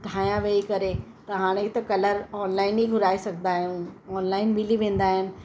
ठाहियां वेही करे त हाणे त कलर ऑनलाइन ई घुराए सघंदा आहियूं ऑनलाइन मिली वेंदा आहिनि